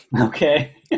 Okay